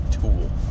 tool